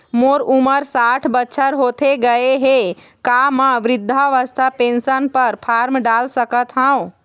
मोर उमर साठ बछर होथे गए हे का म वृद्धावस्था पेंशन पर फार्म डाल सकत हंव?